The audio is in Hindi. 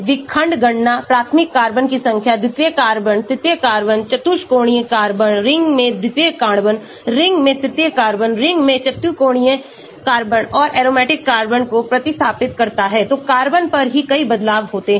विखंडन गणना प्राथमिक कार्बन की संख्या द्वितीयक कार्बन तृतीयक कार्बन चतुष्कोणीय कार्बन रिंग में द्वितीयक कार्बन रिंग में तृतीयक कार्बन रिंग में चतुष्कोणीय कार्बन और एरोमेटिक कार्बन को प्रतिस्थापित करता है तो कार्बन पर ही कई बदलाव होते हैं